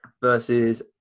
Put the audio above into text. versus